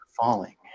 falling